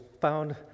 found